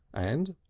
and,